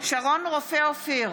שרון רופא אופיר,